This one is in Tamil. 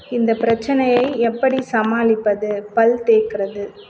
இந்தப் பிரச்சனையை எப்படி சமாளிப்பது பல் தேய்க்கறது